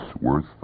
worth